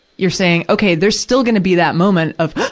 you're saying, okay, there's still gonna be that moment of